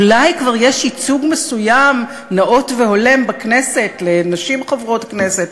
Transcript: אולי כבר יש ייצוג מסוים נאות והולם בכנסת לנשים חברות כנסת.